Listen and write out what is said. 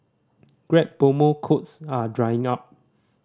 grab promo codes are drying up